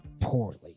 poorly